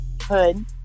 Hood